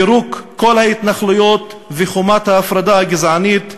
פירוק כל ההתנחלויות וחומת ההפרדה הגזענית,